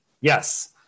Yes